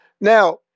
Now